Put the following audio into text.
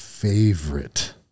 favorite